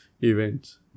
events